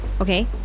okay